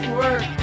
work